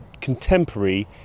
contemporary